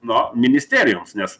na ministerijoms nes